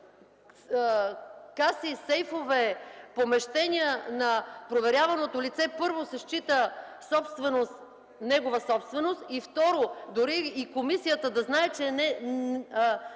каси, сейфове, помещения на проверяваното лице, първо, се счита за негова собственост. И второ, дори комисията да знае, че не